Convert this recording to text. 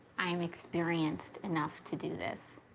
i am experienced enough to do this.